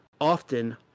often